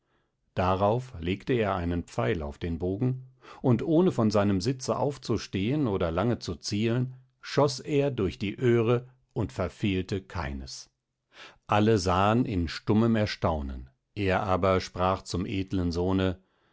darauf legte er einen pfeil auf den bogen und ohne von seinem sitze aufzustehen oder lange zu zielen schoß er durch die öhre und verfehlte keines alle sahen in stummem erstaunen er aber sprach zum edlen sohne